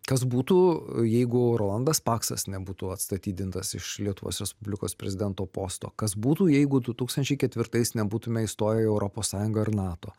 kas būtų jeigu rolandas paksas nebūtų atstatydintas iš lietuvos respublikos prezidento posto kas būtų jeigu du tūkstančiai ketvirtais nebūtume įstoję į europos sąjungą ir nato